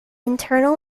internal